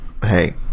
hey